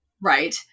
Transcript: right